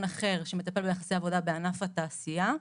אחר שמטפל ביחסי עבודה בענף התעשייה,